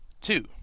Two